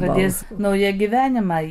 pradės naują gyvenimą